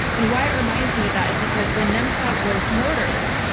and why it reminds me of that is because when nemtsov was murdered,